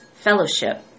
Fellowship